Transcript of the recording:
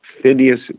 Phineas